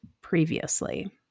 previously